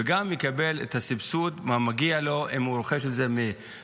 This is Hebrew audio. וגם לקבל את הסבסוד המגיע לו אם הוא רוכש את זה מבית